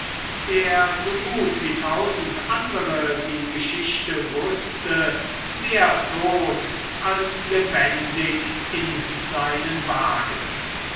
der so gut wie tausend andere die geschichte wußte mehr tot als lebendig in seinen wagen